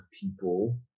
people